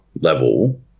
level